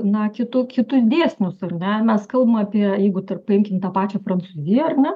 nu kitų kitus dėsnius ar ne mes kalbam apie jeigu tarp paimkim tą pačią prancūziją ar ne